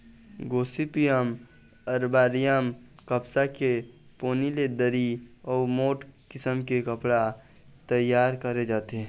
Gossypium arboreum कपसा के पोनी ले दरी अउ मोठ किसम के कपड़ा तइयार करे जाथे